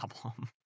problem